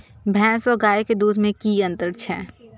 भैस और गाय के दूध में कि अंतर छै?